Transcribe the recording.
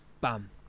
bam